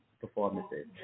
performances